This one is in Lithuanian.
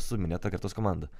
su minėta kretos komanda